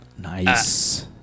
Nice